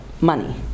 money